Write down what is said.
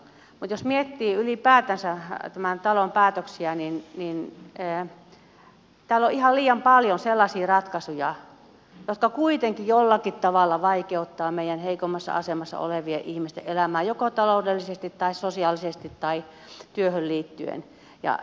mutta jos miettii ylipäätänsä tämän talon päätöksiä niin täällä on ihan liian paljon sellaisia ratkaisuja jotka kuitenkin jollakin tavalla vaikeuttavat meidän heikommassa asemassa olevien ihmisten elämää joko taloudellisesti tai sosiaalisesti tai työhön liittyen